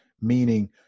meaning